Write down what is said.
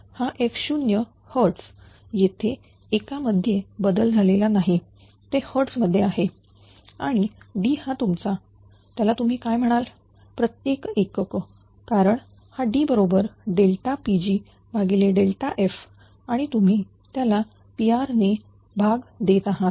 हा f0 hertz येथे एका मध्ये बदल झालेला नाही ते hertz मध्ये आहे आणि D हा तुम्ही त्याला काय म्हणाल प्रत्येक एकक कारण हा D बरोबर PL f आणि तुम्ही त्याला Pr ने भाग देत आहात